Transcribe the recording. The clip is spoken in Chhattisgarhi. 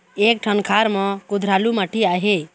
एक ठन खार म कुधरालू माटी आहे?